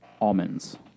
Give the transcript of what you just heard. almonds